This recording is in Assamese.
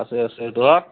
আছে আছে